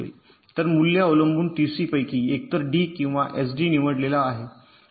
तर मूल्य अवलंबून टीसीपैकी एकतर डी किंवा एसडी निवडलेला आहे